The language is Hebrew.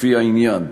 לפי העניין.